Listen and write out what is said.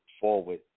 forward